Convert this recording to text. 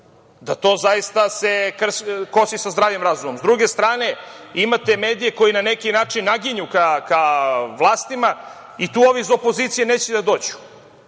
da to zaista se kosi sa zdravim razumom. Sa druge strane, imate medije koji na neki način naginju ka vlasti i tu ovi iz opozicije neće da dođu.